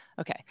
okay